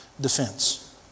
defense